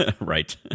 Right